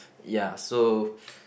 ya so